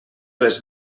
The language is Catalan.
les